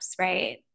right